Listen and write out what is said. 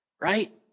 Right